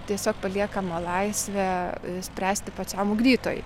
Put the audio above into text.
tiesiog paliekama laisvė spręsti pačiam ugdytojui